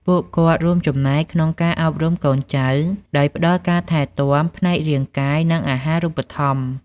ពួកគាត់រួមចំណែកក្នុងការអប់រំកូនចៅ ដោយផ្តល់ការថែទាំ ផ្នែករាងកាយ និងអាហារូបត្ថម្ភ។